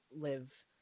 live